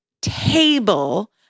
table